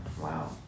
wow